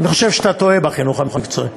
אני חושב שאתה טועה, בחינוך המקצועי.